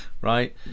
right